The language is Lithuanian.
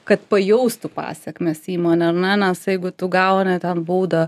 kad pajaustų pasekmes įmonė ane nes jeigu tu gauni ten baudą